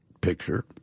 picture